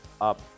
up